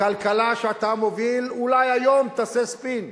הכלכלה שאתה מוביל, אולי היום תעשה ספין,